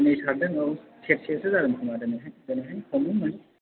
दिनै सारदों औ सेरसेसो जागोन खोमा दिनैहाय दिनैहाय हमदोंमोन